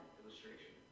illustration